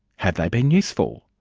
have they been useful?